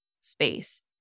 space